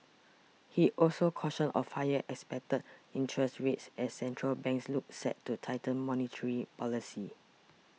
he also cautioned of higher expected interest rates as central banks look set to tighten monetary policy